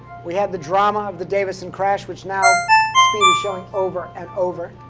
we had the drama of the davidson crash which now speed is showing over and over.